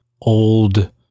old